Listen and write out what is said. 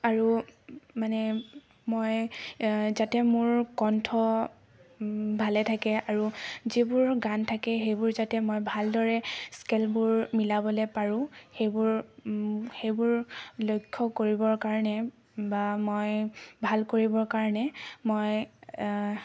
আৰু মানে মই যাতে মোৰ কণ্ঠ ভালে থাকে আৰু যিবোৰ গান থাকে সেইবোৰ যাতে মই ভালদৰে স্কেলবোৰ মিলাবলৈ পাৰোঁ সেইবোৰ সেইবোৰ লক্ষ্য কৰিবৰ কাৰণে বা মই ভাল কৰিবৰ কাৰণে মই